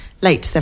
late